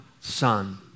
Son